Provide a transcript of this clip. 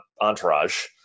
entourage